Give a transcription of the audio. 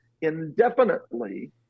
indefinitely